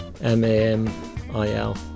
M-A-M-I-L